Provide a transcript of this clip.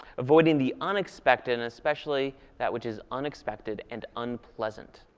avoiding the unexpected. and especially that which is unexpected and unpleasant.